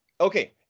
okay